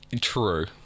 True